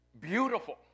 beautiful